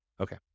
Okay